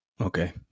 Okay